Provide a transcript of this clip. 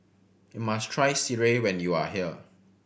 must try sireh when you are here